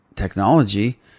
Technology